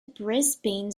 brisbane